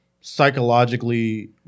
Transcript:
psychologically